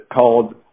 called